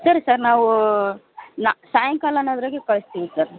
ಸರಿ ಸರ್ ನಾವು ನ ಸಾಯಂಕಾಲ ಅನ್ನೋದ್ರಾಗೆ ಕಳಿಸ್ತೀವಿ ಸರ್